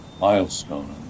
milestone